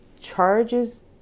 charges